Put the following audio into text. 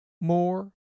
more